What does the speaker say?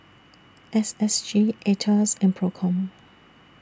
S S G Aetos and PROCOM